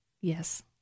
Yes